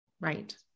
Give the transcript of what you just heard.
Right